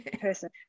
person